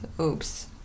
Oops